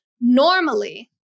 Normally